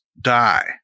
die